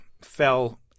fell